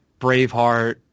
Braveheart